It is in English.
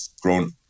grown